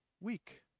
week